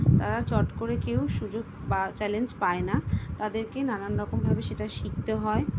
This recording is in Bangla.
তারা চট করে কেউ সুযোগ বা চ্যালেঞ্জ পায় না তাদেরকে নানান রকমভাবে সেটা শিখতে হয়